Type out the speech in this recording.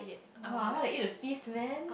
!wah! I want to eat a feast man